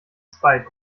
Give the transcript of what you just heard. zweit